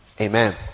Amen